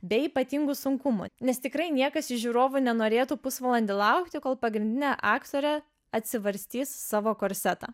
be ypatingų sunkumų nes tikrai niekas iš žiūrovų nenorėtų pusvalandį laukti kol pagrindinė aktorė atsivarstys savo korsetą